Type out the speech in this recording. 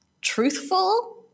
truthful